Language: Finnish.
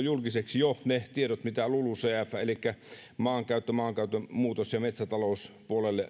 julkiseksi ne tiedot mitä päästömääriä lulucf puolelle elikkä maankäytön maankäytön muutoksen ja metsätalouden puolelle